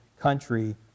country